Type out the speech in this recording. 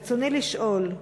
ברצוני לשאול: